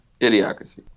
Idiocracy